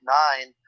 nine